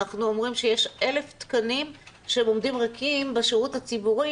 אנחנו אומרים שיש 1,000 תקנים שהם עומדים ריקים בשירות הציבורי